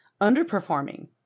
underperforming